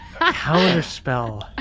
Counterspell